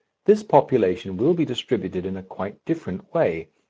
this population will be distributed in a quite different way,